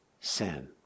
sin